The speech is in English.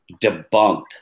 debunk